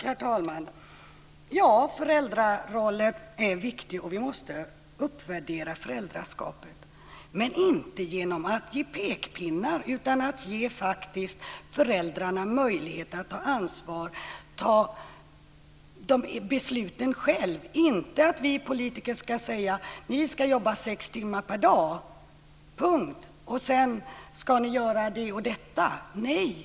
Herr talman! Ja, föräldrarollen är viktig, och vi måste uppvärdera föräldraskapet men inte genom att ge pekpinnar utan genom att faktiskt ge föräldrarna möjlighet att ta ansvar. De ska ta besluten själva. Vi politiker ska inte säga: Ni ska jobba sex timmar per dag, punkt, och sedan ska ni göra det och det.